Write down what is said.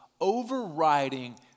overriding